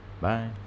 Bye